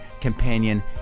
companion